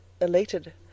elated